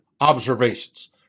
observations